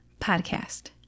podcast